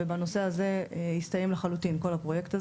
ובנושא הזה הסתיים לחלוטין כל הפרויקט הזה.